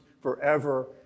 forever